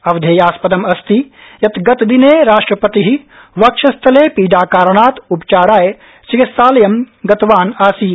अवधेयास्पादम् अस्ति यत् गतदिने राष्ट्रपति वक्षस्थले पीडा कारणात् उपचाराय चिकित्सालयं गतवान् आसीत्